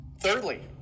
thirdly